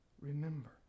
remember